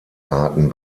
arten